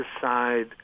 decide